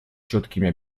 четкими